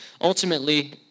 ultimately